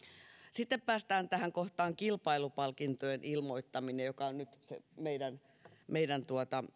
sitten päästään tähän kohtaan kilpailupalkintojen ilmoittaminen joka on nyt sen meidän